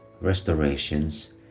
restorations